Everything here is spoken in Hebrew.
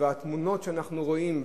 התמונות שאנחנו רואים,